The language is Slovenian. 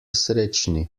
srečni